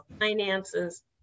finances